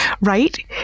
Right